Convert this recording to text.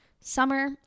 summer